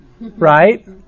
right